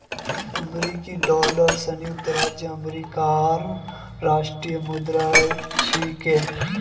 अमेरिकी डॉलर संयुक्त राज्य अमेरिकार राष्ट्रीय मुद्रा छिके